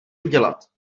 udělat